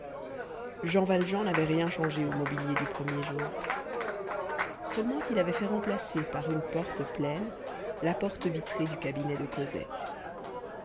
jean valjean n'avait rien changé au mobilier du premier jour seulement il avait fait remplacer par une porte pleine la porte vitrée du cabinet de cosette